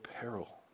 peril